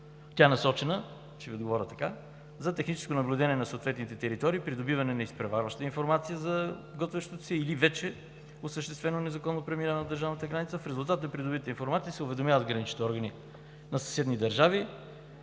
тя е насочена – ще Ви отговоря така, за техническо наблюдение на съответните територии и придобиване на изпреварваща информация за готвещото се или вече осъществено незаконно преминаване на държавната граница. В резултат на придобитата информация се уведомяват граничните органи на съседни държави,